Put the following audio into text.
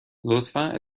لطفا